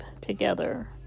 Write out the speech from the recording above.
together